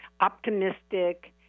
optimistic